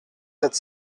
sept